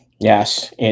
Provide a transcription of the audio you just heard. Yes